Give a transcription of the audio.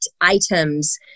items